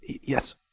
Yes